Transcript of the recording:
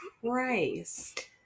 Christ